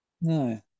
No